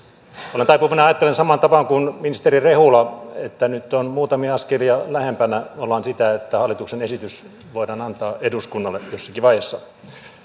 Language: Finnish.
olen taipuvainen ajattelemaan samaan tapaan kuin ministeri rehula että nyt olemme muutamia askelia lähempänä sitä että hallituksen esitys voidaan antaa eduskunnalle jossakin vaiheessa